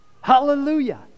Hallelujah